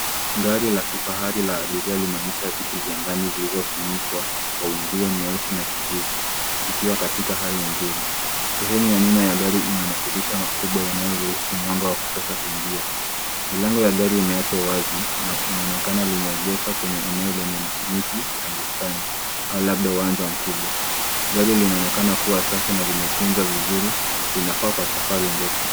Gari la kifahari la abiria linaonyesha viti vya ndani vilivyofunikwa kwa nguo nyeusi na kijivu, vikiwa katika hali nzuri. Sehemu ya nyuma ya gari ina madirisha makubwa yanayoruhusu mwanga wa kutosha kuingia. Milango ya gari imewachwa wazi na inaonekana limeegeshwa kwenye eneo lenye miti na bustani au labda uwanja mkubwa. Gari linaonekana kuwa safi na limetunzwa vizuri. Inafaa kwa safari ndefu.